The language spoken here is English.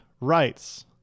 writes